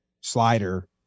slider